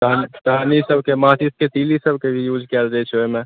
टहनी सब के माचिस के तीली सबके भी यूज कयल जाइ छै ओहिमे